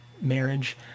marriage